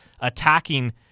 attacking